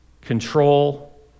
control